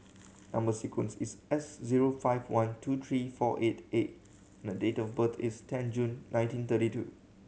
number sequence is S zero five one two three four eight A and the date of birth is ten June nineteen thirty two